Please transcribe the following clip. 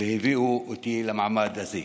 והביאו אותי למעמד הזה.